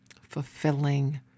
fulfilling